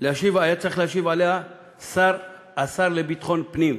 היה צריך להשיב עליה השר לביטחון פנים.